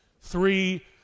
Three